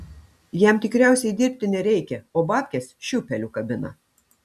jam tikriausiai dirbti nereikia o babkes šiūpeliu kabina